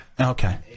Okay